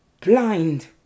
blind